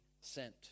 sent